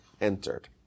entered